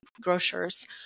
grocers